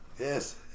Yes